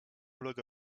ulega